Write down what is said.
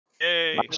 Yay